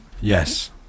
Yes